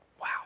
Wow